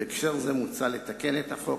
בהקשר זה מוצע לתקן את החוק,